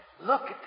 Look